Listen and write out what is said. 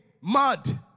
mud